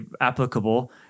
applicable